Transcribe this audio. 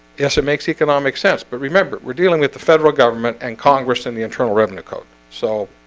yes, it makes economic sense, but remember we're dealing with the federal government and congress in the internal revenue code, so